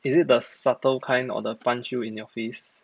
is it the subtle kind or the punch you in your face